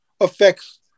affects